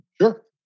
Sure